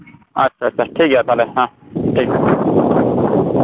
ᱟᱪᱪᱷᱟ ᱟᱪᱪᱷᱟ ᱴᱷᱤᱠᱜᱮᱭᱟ ᱛᱟᱦᱚᱞᱮ ᱴᱷᱤᱠ